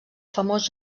famós